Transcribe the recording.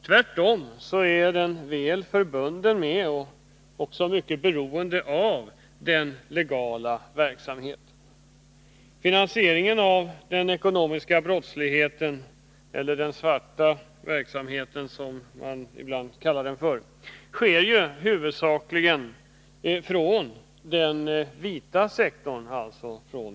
Tvärtom är den väl förbunden med och också mycket beroende av den legala verksamheten. Finansieringen av den ekonomiska brottsligheten, eller den ”svarta” verksamheten, som man ibland kallar den, sker huvudsakligen från den legala, ”vita” sektorn.